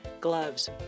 Gloves